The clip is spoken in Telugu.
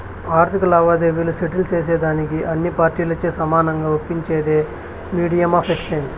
ఆర్థిక లావాదేవీలు సెటిల్ సేసేదానికి అన్ని పార్టీలచే సమానంగా ఒప్పించేదే మీడియం ఆఫ్ ఎక్స్చేంజ్